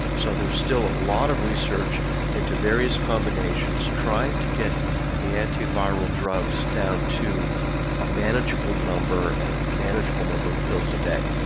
so there's still a lot of research into various combinations, trying to get the anti-viral drugs down to a manageable number a and and manageable number of pills a day.